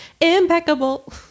impeccable